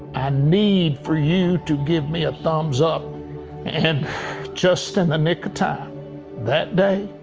i need for you to give me a thumbs up and just in the nick of time that day,